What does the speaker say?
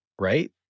right